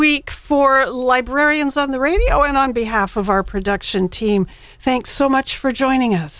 week for librarians on the radio and on behalf of our production team thanks so much for joining us